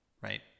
right